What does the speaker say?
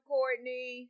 Courtney